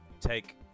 take